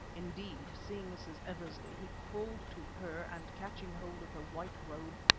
indeed, seeing mrs. eversley, he crawled to her and catching hold of her white robe,